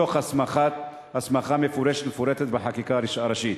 תוך הסמכה מפורשת ומפורטת בחקיקה הראשית.